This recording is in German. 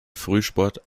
frühsport